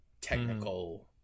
technical